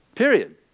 Period